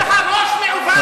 יש לך ראש מעוות מפני